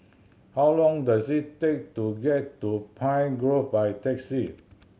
how long does it take to get to Pine Grove by taxi